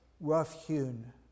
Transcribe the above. rough-hewn